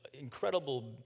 incredible